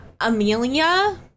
Amelia